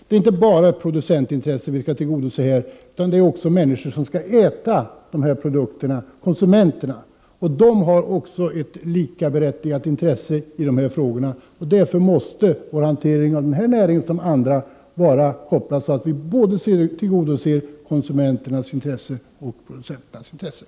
Det är inte bara producentintresset vi skall tillgodose, utan det är de människor som skall äta produkterna, konsumenterna, som vi skall tillgodose. Dessa människor har ett lika berättigat intresse i dessa frågor. Därför måste vår hantering av denna näring liksom av andra vara sådan att vi tillgodoser både konsumenternas och producenternas intressen.